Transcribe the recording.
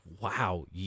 Wow